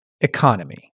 economy